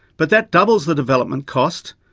but that doubles the development cost,